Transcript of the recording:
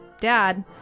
dad